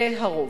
של הרוב.